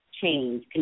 change